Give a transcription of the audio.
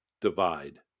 divide